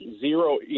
zero